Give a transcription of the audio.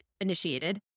initiated